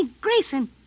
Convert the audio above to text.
Grayson